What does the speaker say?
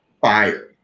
fire